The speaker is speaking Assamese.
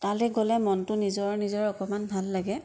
তালৈ গ'লে মনটো নিজৰে নিজৰ অকণমান ভাল লাগে